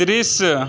दृश्य